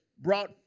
brought